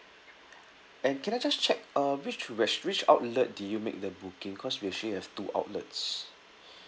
and can I just check uh which res~ which outlet did you make the booking cause we actually have two outlets